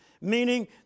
meaning